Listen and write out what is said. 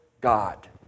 God